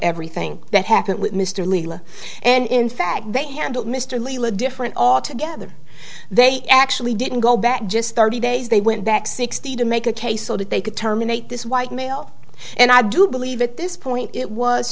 everything that happened with mr leila and in fact they handled mr leila different all together they actually didn't go back just thirty days they went back sixty to make a case so that they could terminate this white male and i do believe at this point it was